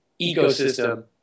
ecosystem